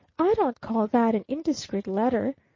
i don't call that an indiscreet letter!